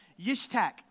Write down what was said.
Yishtak